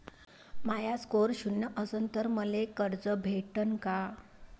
माया score शून्य असन तर मले कर्ज भेटन का?